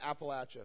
Appalachia